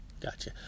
gotcha